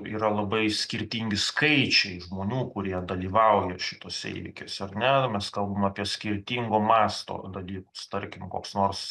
yra labai skirtingi skaičiai žmonių kurie dalyvauja šituose įvykiuose ar ne mes kalbam apie skirtingo masto dalykus tarkim koks nors